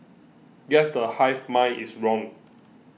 guess the hive mind is wrong